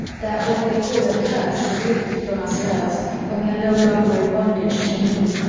that what they call a curse is lifted from us girls and we are no longer in bondage to the moon.